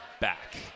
back